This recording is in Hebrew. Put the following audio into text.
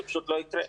זה פשוט לא יקרה.